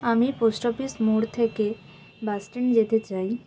আমি post office মোর থেকে বাস স্ট্যান্ড যেতে চাই